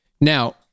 Now